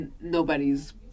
nobody's